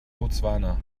botswana